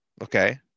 Okay